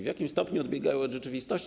W jakim stopniu odbiegają do rzeczywistości?